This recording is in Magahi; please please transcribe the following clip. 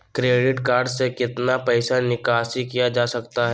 क्रेडिट कार्ड से कितना पैसा निकासी किया जा सकता है?